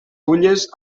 fulles